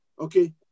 Okay